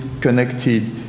connected